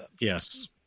Yes